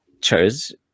chose